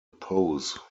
pose